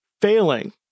failing